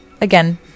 again